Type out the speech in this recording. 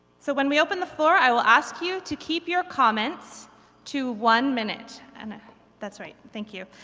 so when we open the floor i will ask you to keep your comments to one minute. and that's right, thank you.